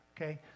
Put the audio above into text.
okay